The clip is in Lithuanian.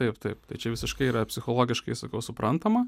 taip taip tačiau visiškai yra psichologiškai sakau suprantama